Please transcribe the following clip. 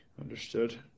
Understood